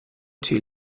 two